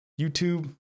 YouTube